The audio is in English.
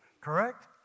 Correct